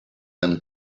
them